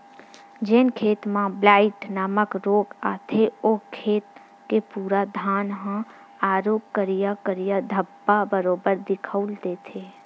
जेन खेत म ब्लाईट नामक रोग आथे ओ खेत के पूरा धान ह आरुग करिया करिया धब्बा बरोबर दिखउल देथे